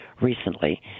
recently